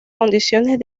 condiciones